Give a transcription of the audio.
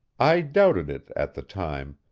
i doubted it at the time,